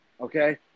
okay